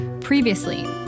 Previously